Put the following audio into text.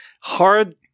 hard